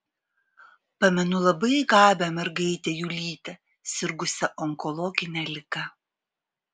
pamenu labai gabią mergaitę julytę sirgusią onkologine liga